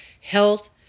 health